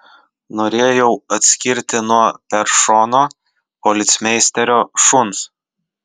norėjau atskirti nuo peršono policmeisterio šuns